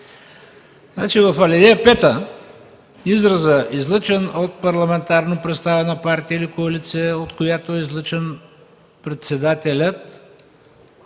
в ал. 5 изразът „излъчен от парламентарно представена партия или коалиция, от която е излъчен председателят”